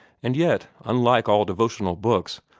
and yet, unlike all devotional books,